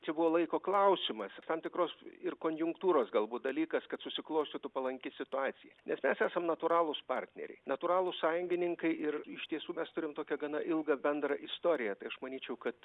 čia buvo laiko klausimas tam tikros ir konjunktūros galbūt dalykas kad susiklostytų palanki situacija nes mes esam natūralūs partneriai natūralūs sąjungininkai ir iš tiesų mes turim tokią gana ilgą bendrą istoriją tai aš manyčiau kad